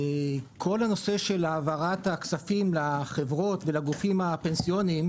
כל נושא העברת הכספים לחברות ולגופים הפנסיוניים